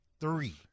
three